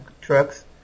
trucks